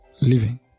living